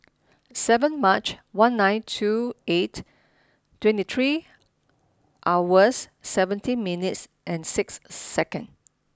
seven March one nine two eight twenty three hours seventeen minutes and six second